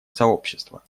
сообщества